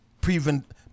prevent